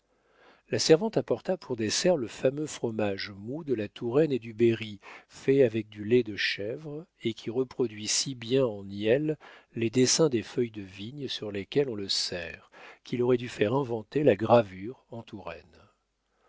la servante apporta pour dessert le fameux fromage mou de la touraine et du berry fait avec du lait de chèvre et qui reproduit si bien en nielles les dessins des feuilles de vigne sur lesquelles on le sert qu'on aurait dû faire inventer la gravure